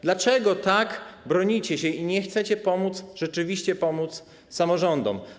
Dlaczego tak bronicie się i nie chcecie pomóc - rzeczywiście pomóc - samorządom?